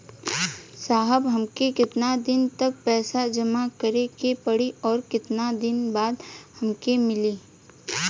साहब हमके कितना दिन तक पैसा जमा करे के पड़ी और कितना दिन बाद हमके मिली?